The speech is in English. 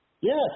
Yes